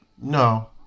No